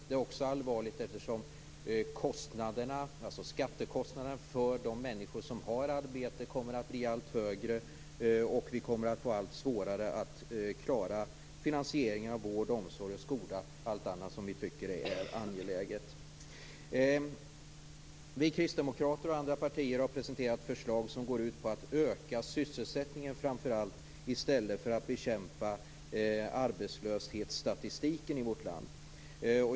Det är också allvarligt eftersom skattekostnaderna för de människor som har arbete kommer att bli allt högre, och vi kommer att få allt svårare att klara finansieringen av vård, omsorg och skola och allt annat som vi tycker är angeläget. Kristdemokraterna och andra partier har presenterat förslag som går ut på att öka sysselsättningen framför allt i stället för att bekämpa arbetslöshetsstatistiken i vårt land.